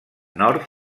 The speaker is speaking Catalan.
nord